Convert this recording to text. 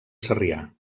sarrià